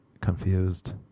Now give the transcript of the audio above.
confused